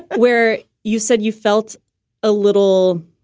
where you said you felt a little.